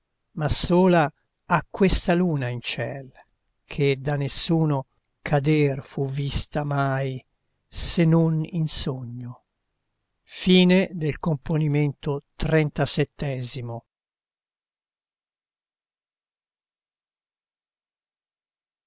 ma sola ha questa luna in ciel che da nessuno cader fu vista mai se non in sogno